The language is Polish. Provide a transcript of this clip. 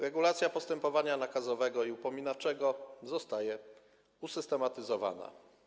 Regulacja postępowania nakazowego i upominawczego zostaje usystematyzowana.